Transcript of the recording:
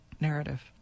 narrative